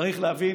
צריך להבין